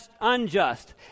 unjust